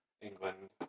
England